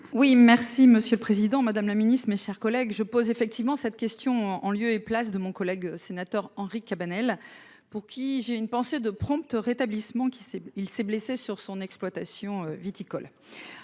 Oui, merci Monsieur le Président Madame la Ministre, mes chers collègues je pose effectivement cette question en en lieu et place de mon collègue sénateur Henri Cabanel, pour qui j'ai une pensée de prompt rétablissement qui s'est, il s'est blessé sur son exploitation viticole